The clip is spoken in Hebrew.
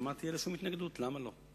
אמרתי שאין לי שום התנגדות, למה לא.